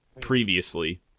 previously